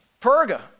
Perga